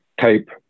type